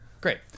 Great